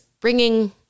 bringing